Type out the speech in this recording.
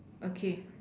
okay